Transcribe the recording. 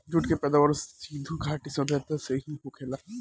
jute के पैदावार सिधु घाटी सभ्यता से ही होखेला